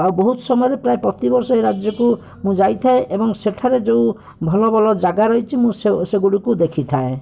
ଆଉ ବହୁତ ସମୟରେ ପ୍ରାୟ ପ୍ରତିବର୍ଷ ଏଇ ରାଜ୍ୟକୁ ମୁଁ ଯାଇଥାଏ ଏବଂ ସେଠାରେ ଯୋଉ ଭଲ ଭଲ ଜାଗା ରହିଛି ମୁଁ ସେ ସେଗୁଡ଼ିକୁ ଦେଖିଥାଏ